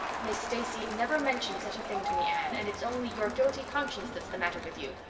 miss stacy never mentioned such a thing to me, anne, and its only your guilty conscience that's the matter with you.